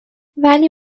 ولی